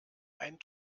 ein